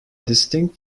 distinct